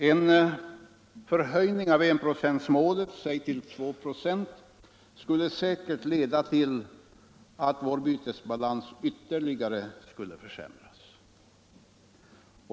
En förhöjning av enprocentsmålet till 2 96 skulle säkert leda till att vår bytesbalans ytterligare skulle försämras.